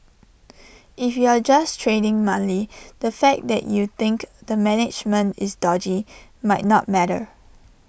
if you're just trading monthly the fact that you think the management is dodgy might not matter